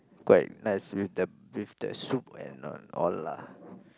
quite nice with that beef soup and all lah